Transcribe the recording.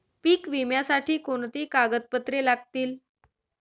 पीक विम्यासाठी कोणती कागदपत्रे लागतील?